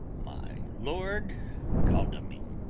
my lord godalming,